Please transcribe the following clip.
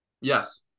Yes